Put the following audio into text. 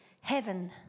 heaven